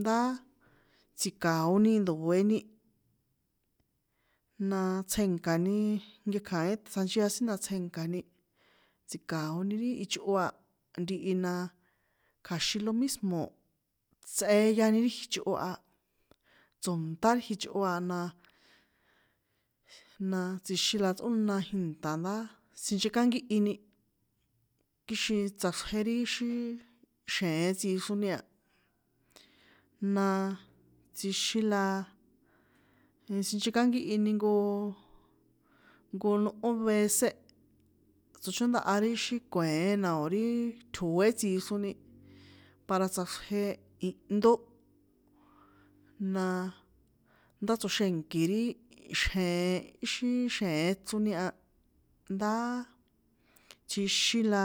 Ndá tsi̱ka̱oni ndo̱eni, na tsjènka̱ni nkekja̱in tsjanchia sin na tsje̱nka̱ni, tsi̱ka̱oni ri ichꞌo a ntihi na, kja̱xin lo mismo̱ tsꞌeyani ri jichꞌo a, tso̱nṭá jichꞌo a na, na tsixin la tsꞌóna jìnṭa̱ ndá sinchekánkíhini, kixin tsaxjre ri xí xje̱en tsixroni a, naaa, tsixin la, sinchekánkíhini nkooo, nko nꞌó vece, tsochóndaha ri xí kue̱en na o̱ ri tjo̱é tsixroni, para tsaxrje ihndó, naa, ndá tsoxènki ri xje̱en íxi xje̱en chroni a, ndá tsjixin la,